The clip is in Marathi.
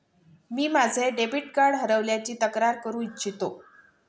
मी माझे डेबिट कार्ड हरवल्याची तक्रार करू इच्छितो